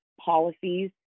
policies